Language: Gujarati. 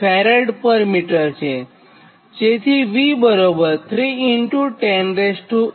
જેથી v3108 ms છે